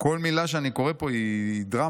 כל מילה שאני קורא פה היא דרמה.